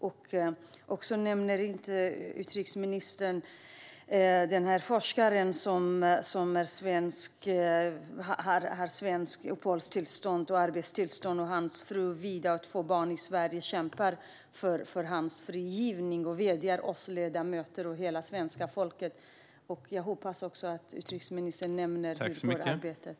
Utrikesministern nämner inte forskaren Ahmadreza Djalali, som har svenskt uppehålls och arbetstillstånd i Sverige. Han och hans fru Vida med två barn kämpar för hans frigivning. De vädjar till oss ledamöter och hela svenska folket om stöd. Jag hoppas att utrikesministern nämner hur det går med det arbetet.